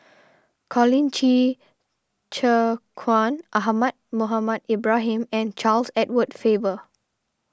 Colin Qi Zhe Quan Ahmad Mohamed Ibrahim and Charles Edward Faber